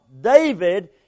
David